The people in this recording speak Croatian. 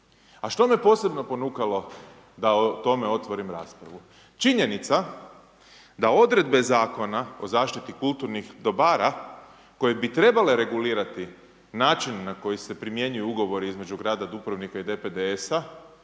A što me posebno ponukalo da o tome otvorim raspravu? Činjenica da odredbe Zakona o zaštiti kulturnih dobara koje bi trebali regulirati način na koji se primjenjuju ugovori između grada Dubrovnika i DPDS-a